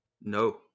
No